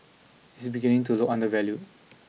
is beginning to look undervalued